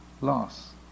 loss